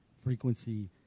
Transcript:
Frequency